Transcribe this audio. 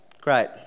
Great